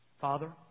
Father